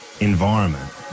environment